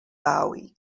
bowie